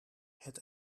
het